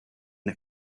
and